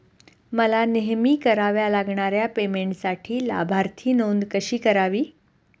मला नेहमी कराव्या लागणाऱ्या पेमेंटसाठी लाभार्थी नोंद कशी करावी?